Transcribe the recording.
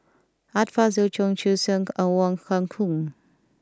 Art Fazil Cheong Siew Keong and Wong Kah Chun